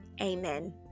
Amen